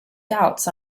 doubts